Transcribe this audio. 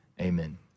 amen